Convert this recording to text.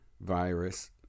virus